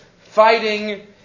fighting